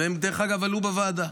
והם עלו בוועדה,